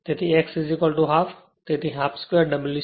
તેથી x half તેથી half 2 W c